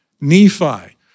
Nephi